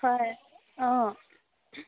হয় অঁ